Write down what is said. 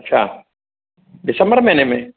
अच्छा डिसंबर महीने में